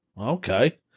okay